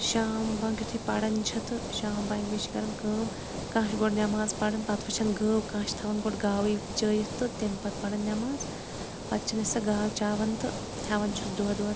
شام بانٛگ یُتھُے پَران چھِ تہٕ شام بانٛگہِ وِز چھِ کَران کٲم کانٛہہ چھُ گۄڈٕ نٮ۪ماز پَران پَتہٕ وُچھَن گٲو کانٛہہ چھُ تھوان گۄڈٕ گاوٕے چٲیِتھ تہٕ تمہِ پَتہٕ پَران نٮ۪ماز پَتہٕ چھِنہٕ أسۍ سۄ گاو چاوان تہٕ ہیٚوان چھِس دۄد وۄد تہِ